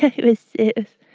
it was